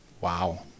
Wow